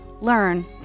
learn